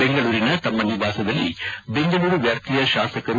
ಬೆಂಗಳೂರಿನ ತಮ್ಮ ನಿವಾಸದಲ್ಲಿ ಬೆಂಗಳೂರು ವ್ಯಾಪ್ತಿಯ ಶಾಸಕರು